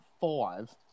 five